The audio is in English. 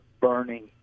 burning